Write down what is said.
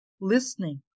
listening